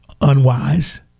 unwise